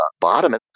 bottom